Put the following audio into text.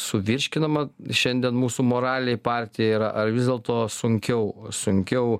suvirškinama šiandien mūsų moralei partija yra ar vis dėlto sunkiau sunkiau